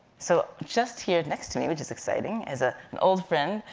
so just here next to me, which is exciting, is ah an old friend,